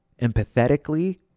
empathetically